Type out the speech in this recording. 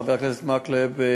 חבר הכנסת מקלב,